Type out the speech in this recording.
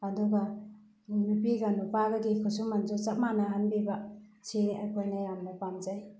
ꯑꯗꯨꯒ ꯅꯨꯄꯤꯒ ꯅꯨꯄꯥꯒꯒꯤ ꯈꯨꯠꯁꯨꯃꯟꯁꯨ ꯆꯞ ꯃꯥꯟꯅꯍꯟꯕꯤꯕ ꯁꯤꯅꯤ ꯑꯩꯈꯣꯏꯅ ꯌꯥꯝꯅ ꯄꯥꯝꯖꯩ